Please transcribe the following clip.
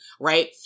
right